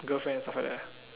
girlfriends ah